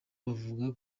bavuga